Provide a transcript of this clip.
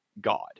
God